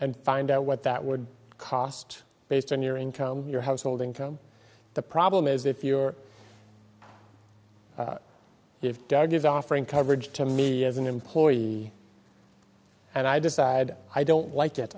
and find out what that would cost based on your income your household income the problem is if you're if dad is offering coverage to me as an employee and i decide i don't like it